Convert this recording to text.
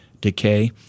decay